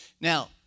Now